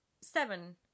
seven